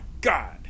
god